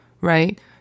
Right